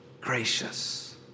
gracious